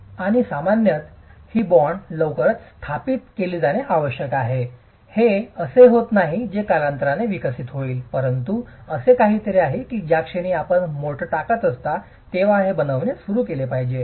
आणि सामान्यत ही बॉण्ड लवकरच स्थापित केली जाणे आवश्यक आहे हे असे होत नाही जे कालांतराने विकसित होईल परंतु असे काहीतरी आहे की ज्या क्षणी आपण मोर्टार टाकता तेव्हा आपण हे बनविणे सुरू केले पाहिजे